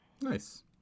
Nice